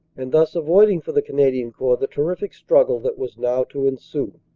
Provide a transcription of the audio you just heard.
and thus avoiding for the canadian corps the terrific struggle that was now to ensue.